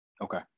Okay